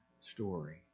story